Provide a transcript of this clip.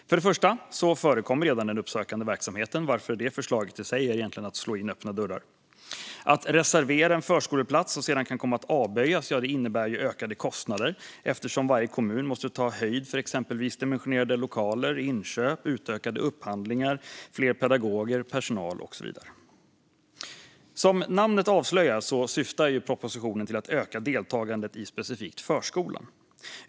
Först och främst förekommer redan den uppsökande verksamheten, varför förslaget i sig är att slå in öppna dörrar. Att reservera en förskoleplats som sedan kan komma att avböjas innebär ökade kostnader eftersom varje kommun måste ta höjd för exempelvis dimensionerade lokaler, inköp, utökade upphandlingar eller fler pedagoger och personal. Som namnet avslöjar syftar propositionen till att öka deltagandet i specifikt förskolan.